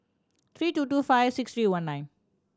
three two two five six three one nine